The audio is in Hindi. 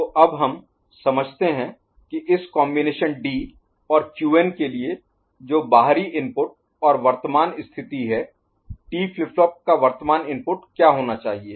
तो अब हम समझते हैं कि इस कॉम्बिनेशन D और Qn के लिए जो बाहरी इनपुट और वर्तमान स्थिति है T फ्लिप फ्लॉप का वर्तमान इनपुट क्या होना चाहिए